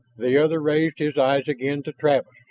the other raised his eyes again to travis.